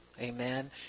Amen